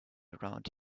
around